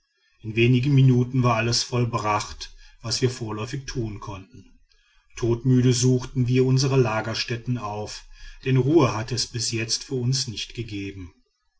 in wenigen minuten war alles vollbracht was wir vorläufig tun konnten todmüde suchten wir unsere lagerstätten auf denn ruhe hatte es bis jetzt für uns nicht gegeben